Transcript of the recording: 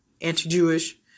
anti-Jewish